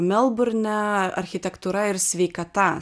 melburne architektūra ir sveikata